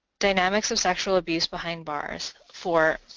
dynamics of sexual abuse behind bars, four,